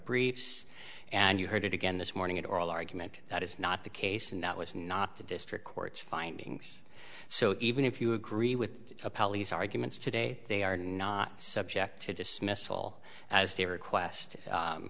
briefs and you heard it again this morning at oral argument that is not the case and that was not the district court's findings so even if you agree with polly's arguments today they are not subject to dismissal as they request